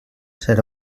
serà